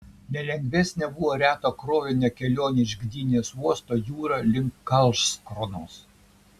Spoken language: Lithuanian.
nelengvesnė buvo reto krovinio kelionė iš gdynės uosto jūra link karlskronos